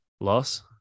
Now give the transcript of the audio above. Loss